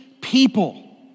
people